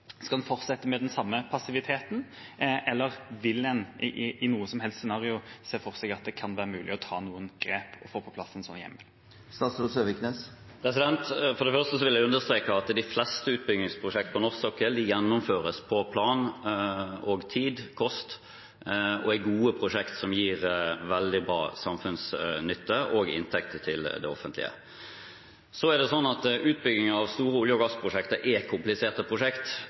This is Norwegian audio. Skal en fortsette med den samme passiviteten? Eller vil en i noe som helst scenario se for seg at det kan være mulig å ta noen grep og få på plass en slik hjemmel? Jeg vil understreke at de fleste utbyggingsprosjektene på norsk sokkel gjennomføres på plan, tid og kost og er gode prosjekter som er veldig samfunnsnyttige og gir inntekter til det offentlige. Utbygging av store olje- og gassprosjekter er komplisert. Disse prosjektene er noe av det mest kompliserte